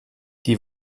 die